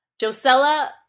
josella